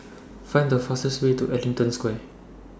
Find The fastest Way to Ellington Square